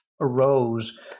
arose